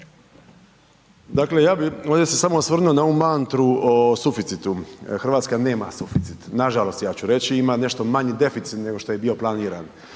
Dakle, ja bi ovdje se samo osvrnuo na ovu mantru o suficitu. Hrvatska nema suficit, nažalost ja ću reći ima nešto manji deficit nego što je bio planiran.